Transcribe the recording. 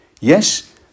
Yes